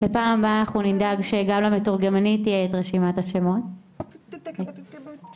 לאחל שבאמת יצאו פה דברים אופרטיביים ולא רק